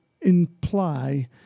imply